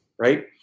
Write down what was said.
Right